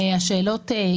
השאלות,